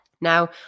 Now